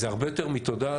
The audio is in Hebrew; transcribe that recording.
זה הרבה יותר מתודה,